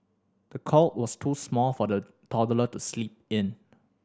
the cot was too small for the toddler to sleep in